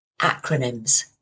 Acronyms